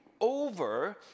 over